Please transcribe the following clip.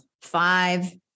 five